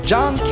John